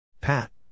Pat